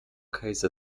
case